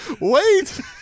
wait